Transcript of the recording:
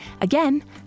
again